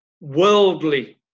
Worldly